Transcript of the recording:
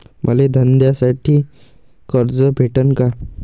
मले धंद्यासाठी कर्ज भेटन का?